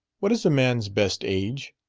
what is a man's best age?